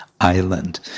island